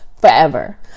forever